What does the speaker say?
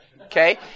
okay